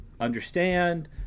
understand